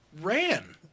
Ran